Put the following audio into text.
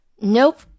Nope